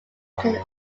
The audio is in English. can